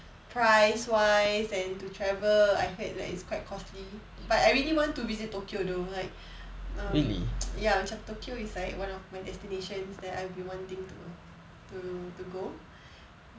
price wise and to travel I heard like it's quite costly but I really want to visit tokyo though like um ya macam tokyo is like one of my destinations that I've been wanting to to to go